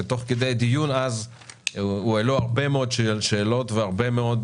ותוך כדי דיון אז הועלו הרבה מאוד שאלות והרבה מאוד